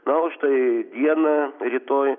na o štai dieną rytoj